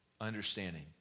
understanding